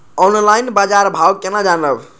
Online बाजार भाव केना जानब?